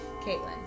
Caitlyn